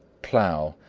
plow,